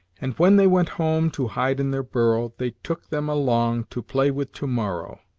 and when they went home to hide in their burrow, they took them along to play with to-morrow.